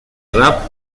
rap